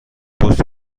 پست